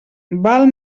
val